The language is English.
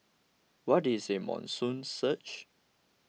what is a monsoon surge